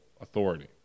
authority